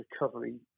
recovery